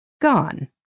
gone